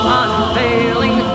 unfailing